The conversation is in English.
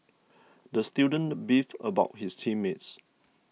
the student beefed about his team mates